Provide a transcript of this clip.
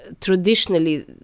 traditionally